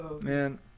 Man